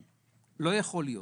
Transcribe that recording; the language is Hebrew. לא יכול להיות,